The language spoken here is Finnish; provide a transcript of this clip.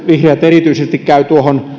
erityisesti vihreät käyvät tuohon